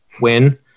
win